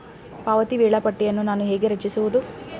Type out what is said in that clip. ಪಾವತಿ ವೇಳಾಪಟ್ಟಿಯನ್ನು ನಾನು ಹೇಗೆ ರಚಿಸುವುದು?